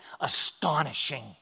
astonishing